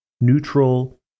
neutral